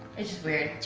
it's just weird.